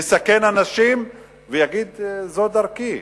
יסכן אנשים ויגיד: זו דרכי.